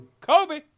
Kobe